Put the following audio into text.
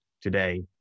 today